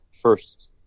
first